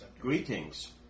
Greetings